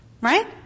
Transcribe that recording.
Right